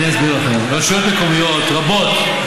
אני אסביר לכם: רשויות מקומיות רבות,